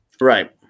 Right